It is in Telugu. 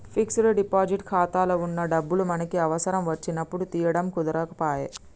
ఫిక్స్డ్ డిపాజిట్ ఖాతాలో వున్న డబ్బులు మనకి అవసరం వచ్చినప్పుడు తీయడం కుదరకపాయె